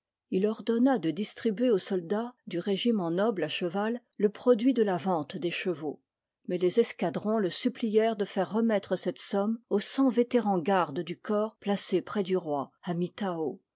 il ordonna de distribuer aux soldats du re'giment noble à cheval le produit de la vente des chevaux mais les escadrons le supplièrent de faire remettre cette somme aux cent vétérans gardes ducorps placés près du roi à mittau